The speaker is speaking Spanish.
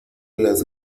las